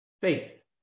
faith